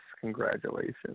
Congratulations